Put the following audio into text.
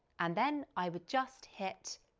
and then i would just hit